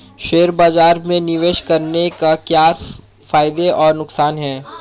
Share बाज़ार में निवेश करने के क्या फायदे और नुकसान हैं?